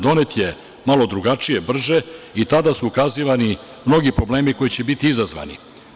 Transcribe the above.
Donet je malo drugačije, brže i tada su ukazivani mnogi problemi koji će biti izazvani.